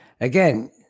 Again